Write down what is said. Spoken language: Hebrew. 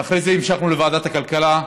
ואחרי זה המשכנו לוועדת הכלכלה,